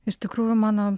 iš tikrųjų mano